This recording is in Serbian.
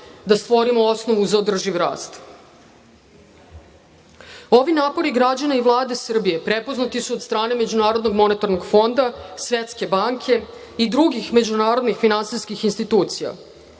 da stvorimo osnovu za održivi rast. Ovi napori građana i Vlade Srbije prepoznati su od strane MMF-a, Svetske banke i drugih međunarodnih finansijskih institucija.